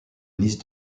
nice